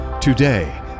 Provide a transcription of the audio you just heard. Today